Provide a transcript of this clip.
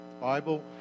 Bible